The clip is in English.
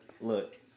look